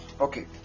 Okay